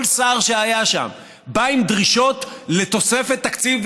כל שר שהיה שם בא עם דרישות לתוספת תקציב